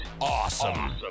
awesome